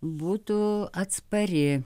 būtų atspari